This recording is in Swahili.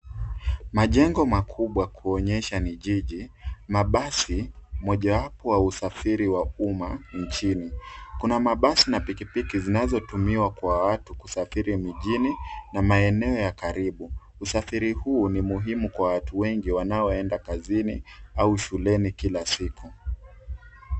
Majengo makubwa kuonyesha ni jiji. Mabasi, mojawapo wa usafiri wa umma nchini. Kuna mabasi na pikipiki zinazotumiwa kwa watu kusafiri mijini, na maeneo ya karibu. Usafiri huu ni muhimu kwa watu wengi wanaoenda kazini au shuleni kila siku.